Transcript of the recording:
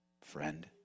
friend